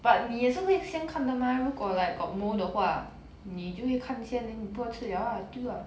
but 你也是会先看的 mah 如果 like got mould 的话你就会看先 then 你不要吃了 lah 丢 lah